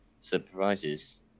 surprises